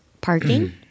Parking